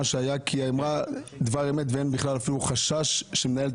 כי היא אמרה דבר אמת ואין בכלל אפילו חשש שמנהלת